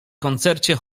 koncercie